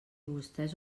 vostès